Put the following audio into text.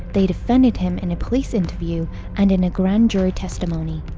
they defended him in a police interview and in a grand jury testimony.